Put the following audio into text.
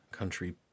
country